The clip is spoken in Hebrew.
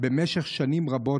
במשך שנים רבות,